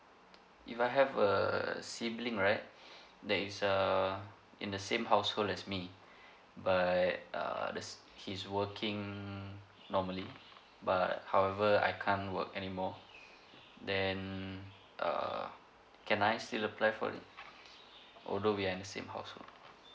if I have a sibling right that is err in the same household as me but err this he's working normally but however I can't work anymore then err can I still apply for it although we are in the same household